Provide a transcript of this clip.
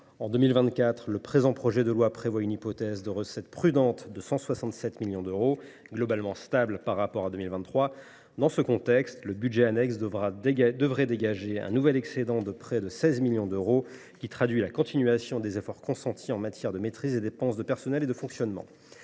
En 2024, le présent projet de loi prévoit une hypothèse de recettes prudente de 167 millions d’euros, globalement stable par rapport à 2023. Dans ce contexte, le budget annexe devrait dégager un nouvel excédent de près de 16 millions d’euros, qui traduit la continuation des efforts consentis en matière de maîtrise des dépenses de personnel et de fonctionnement.